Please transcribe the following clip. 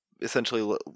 essentially